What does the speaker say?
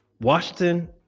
Washington